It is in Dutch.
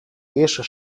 eerste